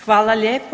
Hvala lijepo.